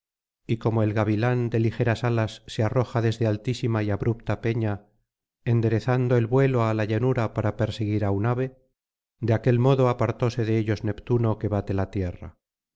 y como el gavilán de ligeras alas se arroja desde altísima y abrupta peña enderezando el vuelo á la llanura para perseguir á un ave de aquel modo apartóse de ellos neptuno que bate la tierra